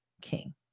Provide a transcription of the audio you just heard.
king